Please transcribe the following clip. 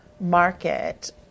market